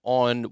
on